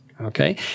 Okay